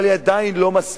אבל היא עדיין לא מספיק.